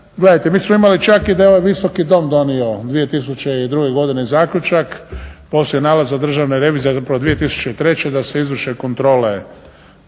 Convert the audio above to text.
gledajte, mi smo imali čak i da je ovaj Visoki dom donio 2002. godine zaključak. Osim nalaza Državne revizije, zapravo 2003. da se izvrše kontrole